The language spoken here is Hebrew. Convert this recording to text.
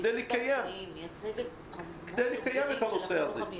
כדי לקיים את הנושא הזה.